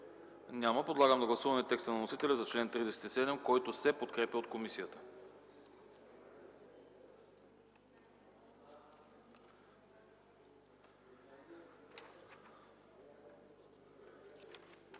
Няма. Подлагам на гласуване текста на вносителя за чл. 45, който се подкрепя от комисията.